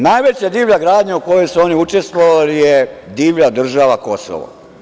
Najveća divlja gradnja u kojoj su oni učestvovali je divlja država Kosovo.